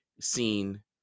seen